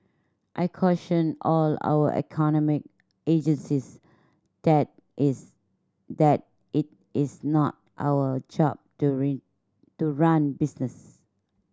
I caution all our economic agencies that its that it is not our job to rain to run business